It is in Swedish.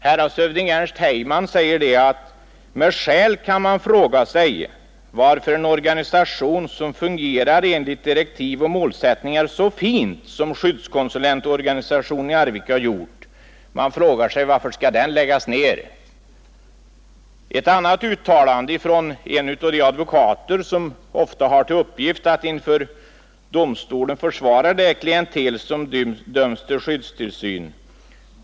Häradshövding Ernst Heyman säger: ”Med skäl kan man fråga sig varför en organisation, som fungerat enligt direktiv och målsättningar så fint som skyddskonsulentorganisationen i Arvika, skall läggas ned.” Det andra uttalandet kommer från en av de advokater som ofta har till uppgift att inför domstolen försvara det klientel som dömts till skyddstillsyn.